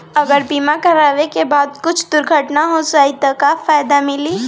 अगर बीमा करावे के बाद कुछ दुर्घटना हो जाई त का फायदा मिली?